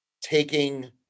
taking